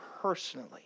personally